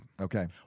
Okay